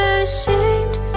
ashamed